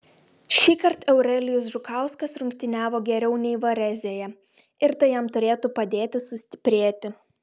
šįkart eurelijus žukauskas rungtyniavo geriau nei varezėje ir tai jam turėtų padėti sustiprėti